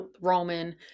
roman